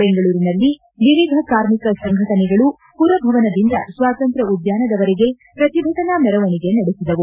ಬೆಂಗಳೂರಿನಲ್ಲಿ ವಿವಿಧ ಕಾರ್ಮಿಕ ಸಂಘಟನೆಗಳು ಪುರಭವನದಿಂದ ಸ್ನಾತಂತ್ರ್ ಉದ್ಘಾನದವರೆಗೆ ಪ್ರತಿಭಟನಾ ಮೆರವಣಿಗೆ ನಡೆಸಿದವು